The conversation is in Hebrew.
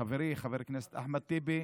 חברי חבר הכנסת אחמד טיבי,